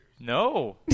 No